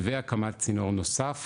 והקמת צינור נוסף